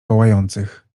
pałających